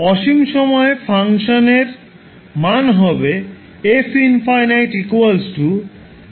অসীম সময়ে ফাংশনের মান হবে